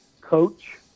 coach